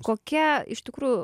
kokia iš tikrųjų